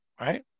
right